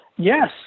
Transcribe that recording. Yes